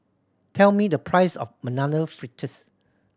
tell me the price of Banana Fritters